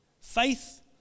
faith